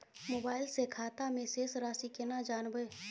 Mobile से खाता में शेस राशि केना जानबे?